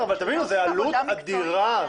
תבינו, זו עלות אדירה.